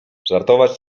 żartować